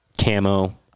camo